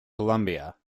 columbia